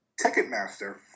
Ticketmaster